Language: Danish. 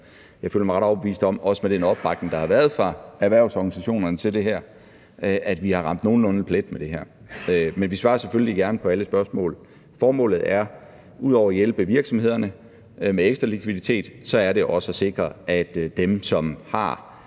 Jeg føler mig ret overbevist om – også med den opbakning, der har været fra erhvervsorganisationerne til det her – at vi har ramt nogenlunde plet med det her. Men vi svarer selvfølgelig gerne på alle spørgsmål. Formålet er, ud over at hjælpe virksomhederne med ekstra likviditet, at sikre, at dem, som har